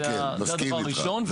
זה הדבר הראשון.